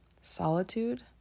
solitude